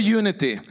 unity